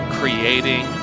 creating